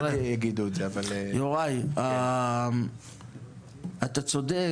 יוראי, אתה צודק